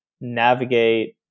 navigate